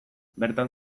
bertan